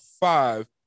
five